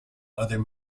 other